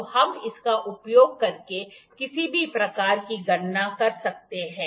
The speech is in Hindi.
तो हम इसका उपयोग करके किसी भी प्रकार की गणना कर सकते हैं